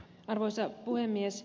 arvoisa puhemies